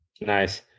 Nice